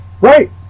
Right